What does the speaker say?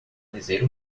dizer